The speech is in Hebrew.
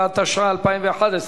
8), התשע"א 2011,